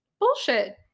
bullshit